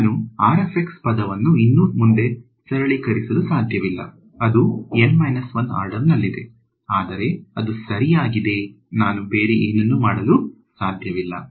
ನಾನು ಪದವನ್ನು ಇನ್ನು ಮುಂದೆ ಸರಳೀಕರಿಸಲು ಸಾಧ್ಯವಿಲ್ಲ ಅದು ಎನ್ 1 ಆರ್ಡರ್ನಲ್ಲಿದೆ ಆದರೆ ಅದು ಸರಿಯಾಗಿದೆ ನಾನು ಬೇರೆ ಏನನ್ನೂ ಮಾಡಲು ಸಾಧ್ಯವಿಲ್ಲ